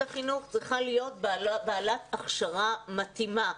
החינוך צריכה להיות בעלת הכשרה מתאימה.